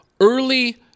early